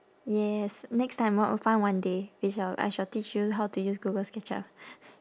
yes next time oh we'll find one day we shall I shall teach you how to use google sketchup